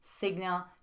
signal